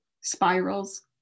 spirals